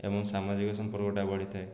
ଏବଂ ସାମାଜିକ ସମ୍ପର୍କଟା ବଢ଼ିଥାଏ